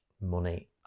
money